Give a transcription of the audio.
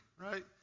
right